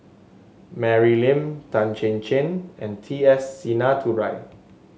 Mary Lim Tan Chin Chin and T S Sinnathuray